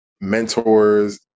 mentors